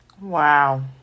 Wow